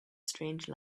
strange